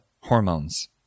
hormones